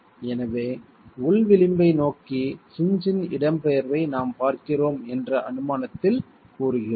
எனவே உள் விளிம்பை நோக்கி ஹின்ஜ் இன் இடம்பெயர்வை நாம் பார்க்கிறோம் என்ற அனுமானத்தில் கூறுகிறோம்